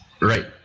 Right